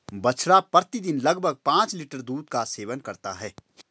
बछड़ा प्रतिदिन लगभग पांच लीटर दूध का सेवन करता है